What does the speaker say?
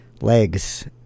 legs